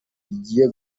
rigiye